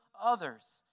others